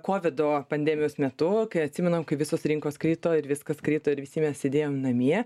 kovido pandemijos metu kai atsimenam kai visos rinkos krito ir viskas krito ir visi mes sėdėjom namie